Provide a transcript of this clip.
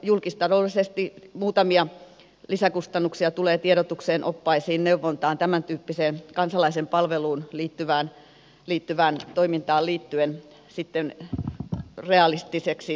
julkistaloudellisesti muutamia lisäkustannuksia tulee tiedotukseen oppaisiin neuvontaan tämän tyyppiseen kansalaisen palveluun liittyvään toimintaan liittyen realistiseksi